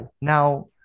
Now